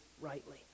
rightly